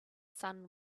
sun